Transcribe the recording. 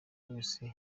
wese